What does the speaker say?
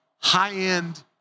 high-end